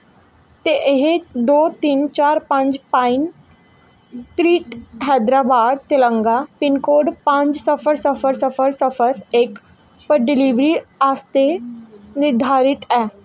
ते एह् दो तिन्न चार पंज पाईन थ्री इक हैदराबाद तेलांगा पिंन कोड़ पंज सिफर सिफर सिफर इक ते डलिवरी आस्तै निर्धारत ऐ